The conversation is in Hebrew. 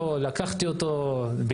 אין ספק שבסוף זה הפתרון המערכתי, לא חסם.